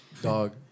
Dog